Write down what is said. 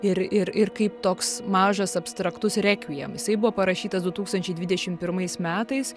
ir ir ir kaip toks mažas abstraktus rekviem jisai buvo parašytas du tūkstančiai dvidešim pirmais metais